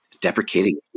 deprecating